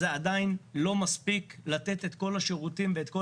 זה עדיין לא מספיק לתת את כל השירותים ואת כל